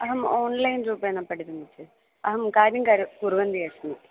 अहम् ओन्लैन् रूपेण पठितुम् इच्छा अहं कार्यं कुर्वन्ती अस्मि